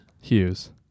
Hughes